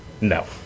No